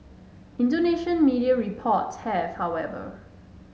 Indonesian media reports have however